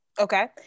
Okay